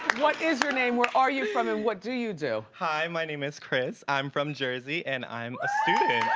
what is your name, where are you from, and what do you do? hi, my name is chris, i'm from jersey. and i'm a student.